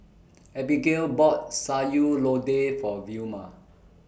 Abigayle bought Sayur Lodeh For Vilma